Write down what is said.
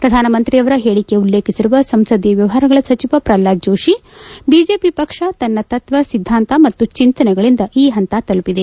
ಪ್ರಧಾನಮಂತ್ರಿಯವರ ಹೇಳಿಕೆ ಉಲ್ಲೇಖಿಸಿರುವ ಸಂಸದೀಯ ವ್ಯವಹಾರಗಳ ಸಚಿವ ಪ್ರಹ್ಲಾದ್ ಜೋಶಿ ಬಿಜೆಪಿ ಪಕ್ಷ ತನ್ನ ತತ್ವ ಸಿದ್ದಾಂತ ಮತ್ತು ಚಿಂತನೆಗಳಿಂದ ಈ ಹಂತ ತಲುಪಿದೆ